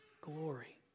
glory